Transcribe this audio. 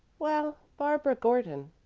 well, barbara gordon.